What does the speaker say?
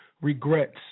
regrets